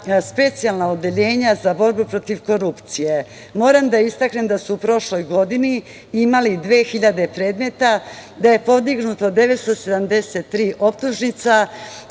specijalna odeljenja za borbu protiv korupcije. Moram da istaknem da su u prošloj godini imali 2.000 predmeta, da je podignuto 973 optužnica,